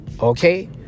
Okay